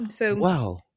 Wow